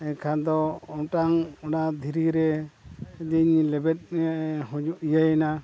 ᱮᱱᱠᱷᱟᱱ ᱫᱚ ᱚᱱᱟᱴᱟᱝ ᱚᱱᱟ ᱫᱷᱤᱨᱤ ᱨᱮᱞᱤᱧ ᱞᱮᱵᱮᱫ ᱤᱭᱟᱹᱭᱮᱱᱟ